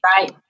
Right